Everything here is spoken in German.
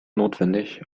notwendig